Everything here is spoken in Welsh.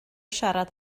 siarad